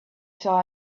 saw